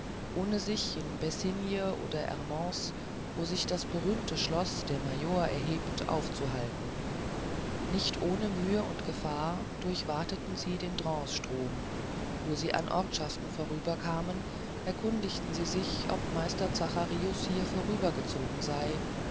ohne sich in bessinge oder ermance wo sich das berühmte schloß der mayor erhebt aufzuhalten nicht ohne mühe und gefahr durchwateten sie den dransestrom wo sie an ortschaften vorüberkamen erkundigten sie sich ob meister zacharius hier vorübergezogen sei